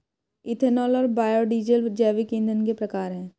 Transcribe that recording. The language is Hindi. इथेनॉल और बायोडीज़ल जैविक ईंधन के प्रकार है